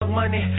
money